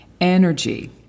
Energy